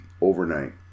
overnight